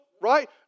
right